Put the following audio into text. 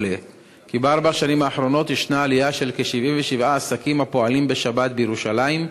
בארבע השנים האחרונות ישנה עלייה של כ-77 עסקים הפועלים בשבת בירושלים,